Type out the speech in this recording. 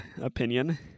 opinion